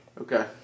Okay